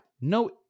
no